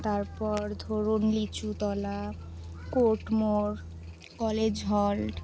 তারপর ধরুন লিচুতলা কোর্ট মোর কলেজ হল্ট